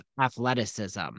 athleticism